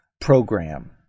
program